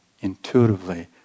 intuitively